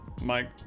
Mike